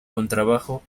contrabajo